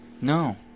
No